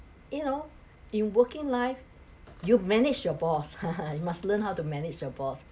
you know in working life you manage your boss you must learn how to manage your